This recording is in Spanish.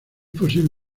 posible